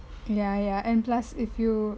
ya ya and plus if you